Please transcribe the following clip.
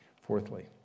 Fourthly